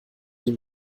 die